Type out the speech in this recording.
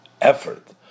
effort